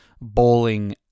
bowling